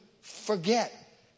forget